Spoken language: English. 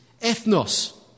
ethnos